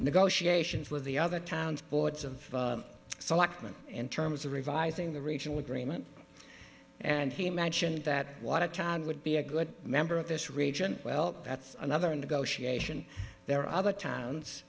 negotiations with the other towns boards of selectmen in terms of revising the reach an agreement and he mentioned that water would be a good member of this region well that's another negotiation there are other towns